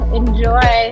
enjoy